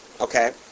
okay